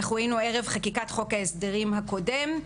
היינו ערב חקיקת חוק ההסדרים הקודם,